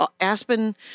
Aspen